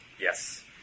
Yes